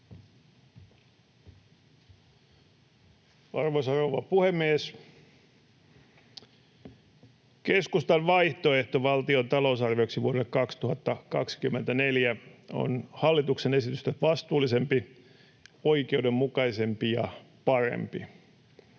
Arvoisa rouva puhemies! Keskustan vaihtoehto valtion talousarvioksi vuodelle 2024 on hallituksen esitystä vastuullisempi, oikeudenmukaisempi ja parempi.